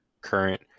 current